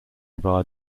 via